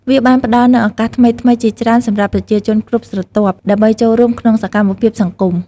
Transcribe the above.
វាបានផ្ដល់នូវឱកាសថ្មីៗជាច្រើនសម្រាប់ប្រជាជនគ្រប់ស្រទាប់ ដើម្បីចូលរួមក្នុងសកម្មភាពសង្គម។